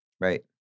Right